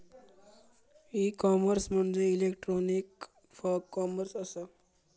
E commerce म्हणजे electronic commerce असा